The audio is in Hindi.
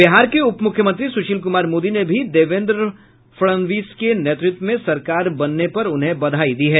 बिहार के उप मुख्यमंत्री सुशील कुमार मोदी ने भी देवेंद्र फड़णवीस के नेतृत्व में सरकार बनने पर उन्हें बधाई दी है